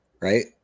right